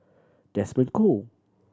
Desmond Choo